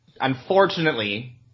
unfortunately